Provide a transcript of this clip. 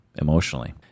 emotionally